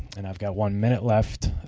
and i've got one minute left.